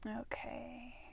Okay